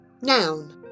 Noun